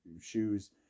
shoes